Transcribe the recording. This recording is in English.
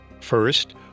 First